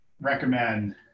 recommend